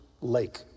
lake